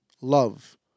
love